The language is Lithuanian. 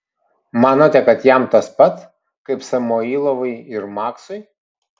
manote kad jam tas pat kaip samoilovui ir maksui